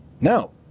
No